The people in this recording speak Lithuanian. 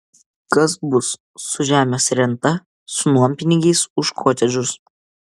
kas bus su žemės renta su nuompinigiais už kotedžus